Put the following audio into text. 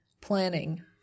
planning